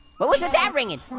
what was with that ringing?